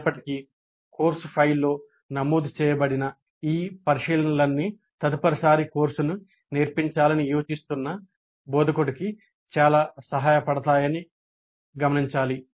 అయినప్పటికీ కోర్సు ఫైల్లో నమోదు చేయబడిన ఈ పరిశీలనలన్నీ తదుపరిసారి కోర్సును నేర్పించాలని యోచిస్తున్న బోధకుడికి చాలా సహాయపడతాయని గమనించాలి